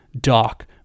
dark